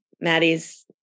Maddie's